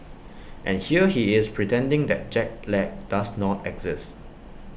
and here he is pretending that jet lag does not exist